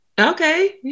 Okay